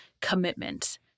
commitment